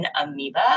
amoeba